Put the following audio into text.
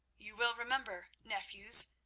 you will remember, nephews,